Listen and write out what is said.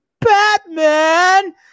Batman